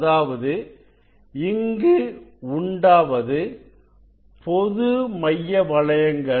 அதாவதுஇங்கு உண்டாவது பொதுமைய வட்டங்கள்